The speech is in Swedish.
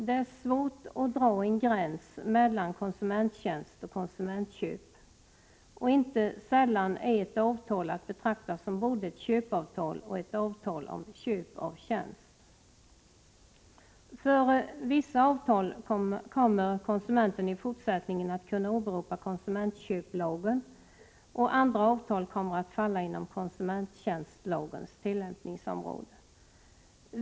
Det är svårt att dra en gräns mellan konsumenttjänst och konsumentköp. Inte sällan är ett avtal att betrakta som både ett köpeavtal och ett avtal om köp av tjänst. För vissa avtal kommer konsumenten i fortsättningen att kunna åberopa konsumentköplagen, och andra avtal kommer att falla inom konsumenttjänstlagens tillämpningsområde.